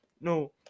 no